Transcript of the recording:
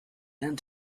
and